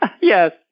Yes